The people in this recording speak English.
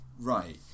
Right